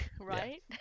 Right